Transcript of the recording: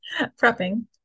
prepping